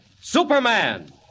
Superman